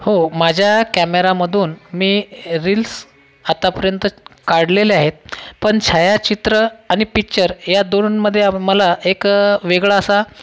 हो माझ्या कॅमेरामधून मी रील्स आपर्यंत काढलेले आहेत पण छायाचित्र आणि पिच्चर ह्या दोन मध्ये आम्हाला एक वेगळा असा